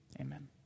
Amen